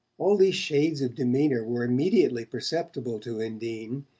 all these shades of demeanour were immediately perceptible to undine,